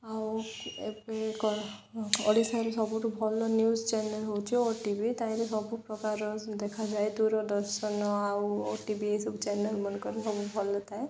ଆଉ ଏବେ ଓଡ଼ିଶାର ସବୁଠୁ ଭଲ ନ୍ୟୁଜ ଚ୍ୟାନେଲ ହେଉଛି ଓ ଟି ଭି ସେଥିରେ ସବୁପ୍ରକାର ଦେଖାଯାଏ ଦୂରଦର୍ଶନ ଆଉ ଓ ଟି ଭି ଏଇସବୁ ଚ୍ୟାନେଲ ମାନଙ୍କରେ ସବୁ ଭଲ ଥାଏ